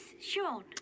Sean